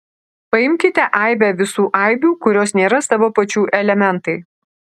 paimkite aibę visų aibių kurios nėra savo pačių elementai